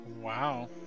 Wow